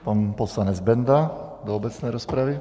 Pan poslanec Benda do obecné rozpravy.